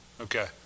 Okay